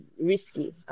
risky